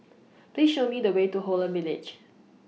Please Show Me The Way to Holland Village